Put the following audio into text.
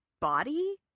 body